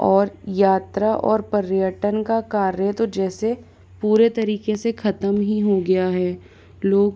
और यात्रा और पर्यटन का कार्य तो जैसे पूरा तरीके से खत्म ही हो गया है लोग